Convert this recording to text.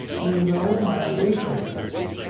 you know my weaknesses,